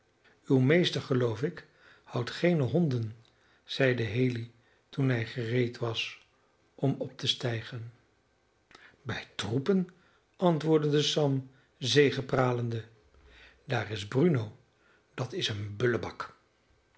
uw meester geloof ik houdt geene honden zeide haley toen hij gereed was om op te stijgen bij troepen antwoordde sam zegepralende daar is bruno dat is een